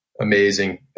amazing